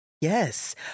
Yes